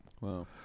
Wow